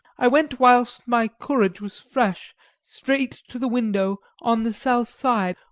i went whilst my courage was fresh straight to the window on the south side,